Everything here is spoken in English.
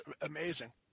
amazing